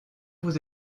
vous